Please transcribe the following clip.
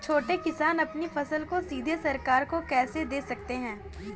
छोटे किसान अपनी फसल को सीधे सरकार को कैसे दे सकते हैं?